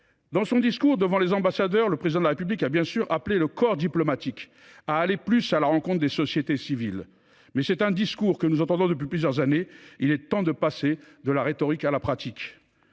Dans son discours devant les ambassadeurs, le Président de la République a bien sûr appelé le corps diplomatique à aller plus à la rencontre des sociétés civiles. Mais c’est un discours que nous entendons depuis plusieurs années… Il est temps de passer de la rhétorique à la pratique.